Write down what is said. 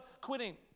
quitting